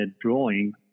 drawing